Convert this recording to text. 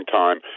time